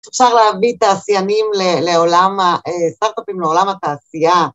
אפשר להביא תעשיינים לעולם, סטארט-אפים לעולם התעשייה.